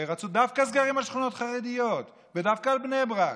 ורצו דווקא סגרים על שכונות חרדיות ודווקא על בני ברק.